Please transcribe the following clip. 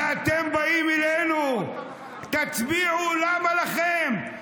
שאתם באים אלינו: תצביעו, למה לכם?